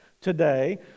today